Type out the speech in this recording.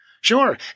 Sure